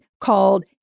called